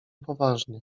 poważnie